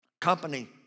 company